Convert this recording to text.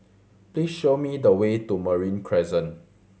please show me the way to Marine Crescent